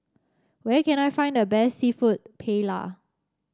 where can I find the best seafood Paella